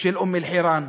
של אום-אלחיראן,